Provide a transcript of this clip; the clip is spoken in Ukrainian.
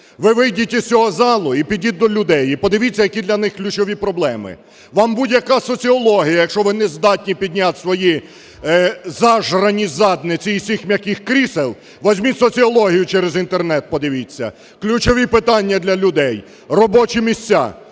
Ви вийдіть із цього залу і підіть до людей, і подивіться, які для них ключові проблеми. Вам будь-яка соціологія, якщо ви не здатні підняти свої зажрані задниці із цих м'яких крісел, візьміть соціологію через Інтернет подивіться ключові питання для людей: робочі місця,